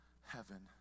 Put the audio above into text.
heaven